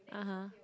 [uh huh]